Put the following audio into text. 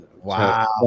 wow